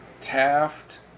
Taft